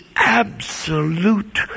Absolute